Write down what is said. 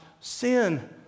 sin